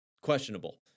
questionable